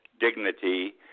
dignity